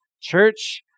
Church